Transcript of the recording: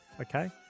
Okay